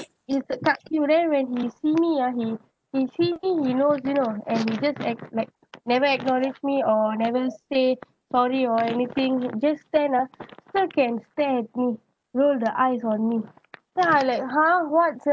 he just cut queue then when he see me ah he he see me he knows you know and he just act like never acknowledge me or never say sorry or anything just stand ah still can stare at me roll the eyes on me so I like !huh! what